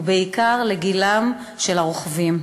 ובעיקר לגילם של הרוכבים.